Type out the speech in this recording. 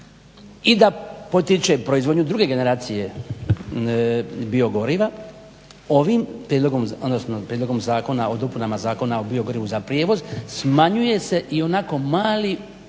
I da potječe proizvodnju druge generacije biogoriva. Ovim prijedlogom, odnosno Prijedlogom zakona o dopunama Zakona o biogorivu za prijevoz smanjuje se i onako mali